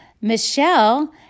Michelle